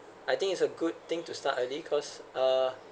I think it's a good thing to start early cause uh